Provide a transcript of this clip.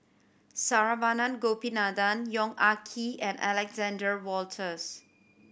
Saravanan Gopinathan Yong Ah Kee and Alexander Wolters